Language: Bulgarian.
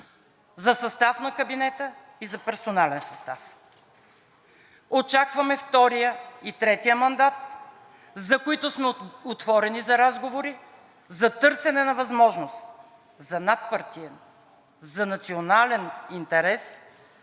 за състав на кабинета и за персонален състав. Очакваме втория и третия мандат, за които сме отворени за разговори, за търсене на възможност за надпартиен, за национален интерес,